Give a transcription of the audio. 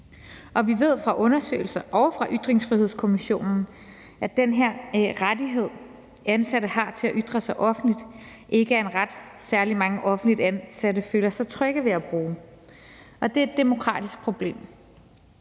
og vi ved fra undersøgelser og fra Ytringsfrihedskommissionen, at den her rettighed, ansatte har til at ytre sig offentligt, ikke er en ret, særlig mange offentligt ansatte føler sig trygge ved at bruge. Og det er et demokratisk problem.